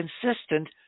consistent